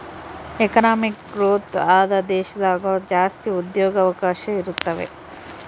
economic growth ಆದ ದೇಶದಾಗ ಜಾಸ್ತಿ ಉದ್ಯೋಗವಕಾಶ ಇರುತಾವೆ